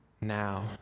now